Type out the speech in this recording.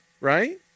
right